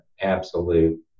absolute